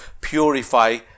purify